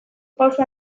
pausu